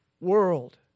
world